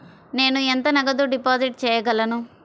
నేను ఎంత నగదు డిపాజిట్ చేయగలను?